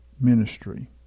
ministry